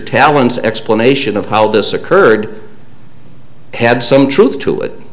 talents explanation of how this occurred had some truth to it